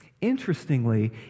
Interestingly